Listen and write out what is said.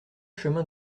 chemin